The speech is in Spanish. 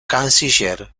canciller